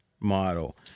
model